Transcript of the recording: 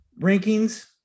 rankings